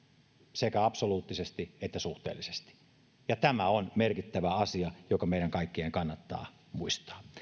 sekä absoluuttisesti että suhteellisesti tämä on merkittävä asia joka meidän kaikkien kannattaa muistaa